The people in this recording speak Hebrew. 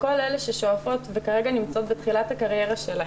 לכל אלה ששואפות וכרגע נמצאות בתחילת הקריירה שלהן.